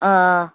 آ